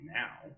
now